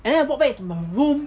and then I walk back to my room